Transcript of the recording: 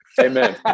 Amen